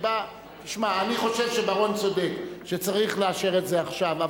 אני חושב שבר-און צודק, שצריך לאשר את זה עכשיו.